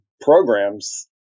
programs